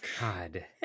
God